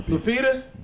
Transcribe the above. Lupita